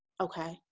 okay